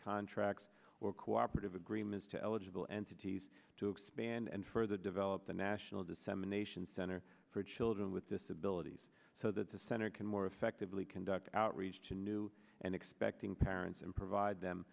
contracts or cooperative agreements to eligible entities to expand and further develop the national dissemination center for children with disabilities so that the center can more effectively conduct outreach to new and expecting parents and provide them